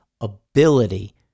ability